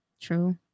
True